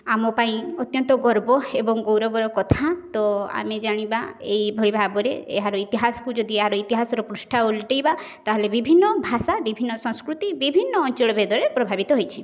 ଆମ ପାଇଁ ଅତ୍ୟନ୍ତ ଗର୍ବ ଏବଂ ଗୌରବର କଥା ତ ଆମେ ଜାଣିବା ଏଇଭଳି ଭାବରେ ଏହାର ଇତିହାସକୁ ଯଦି ଏହାର ଇତିହାସର ପୃଷ୍ଠା ଓଲଟେଇବା ତା'ହେଲେ ବିଭିନ୍ନ ଭାଷା ବିଭିନ୍ନ ସଂସ୍କୃତି ବିଭିନ୍ନ ଅଞ୍ଚଳ ଭେଦରେ ପ୍ରଭାବିତ ହେଇଛି